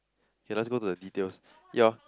it does go to the details your